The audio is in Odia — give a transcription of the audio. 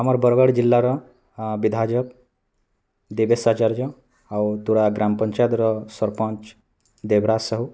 ଆମର୍ ବରଗଡ଼୍ ଜିଲ୍ଲାର ବିଧାୟକ ଦେବେଶ୍ ଆଚାର୍ଯ୍ୟ ଆଉ ତୁରା ଗ୍ରାମ ପଞ୍ଚାୟତର ସରପଞ୍ଚ ଦେବ୍ରାଜ ସାହୁ